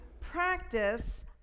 practice